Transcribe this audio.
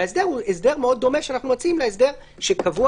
וההסדר הוא הסדר מאוד דומה שאנחנו מציעים להסדר שקבוע